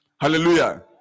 hallelujah